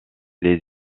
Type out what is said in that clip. les